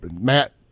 Matt